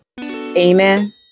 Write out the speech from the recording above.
Amen